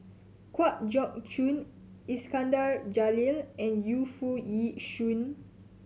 Kwa Geok Choo Iskandar Jalil and Yu Foo Yee Shoon